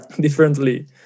differently